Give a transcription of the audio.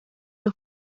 los